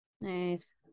Nice